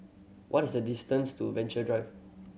what is the distance to Venture Drive